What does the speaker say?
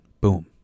boom